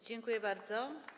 Dziękuję bardzo.